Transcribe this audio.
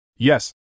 Yes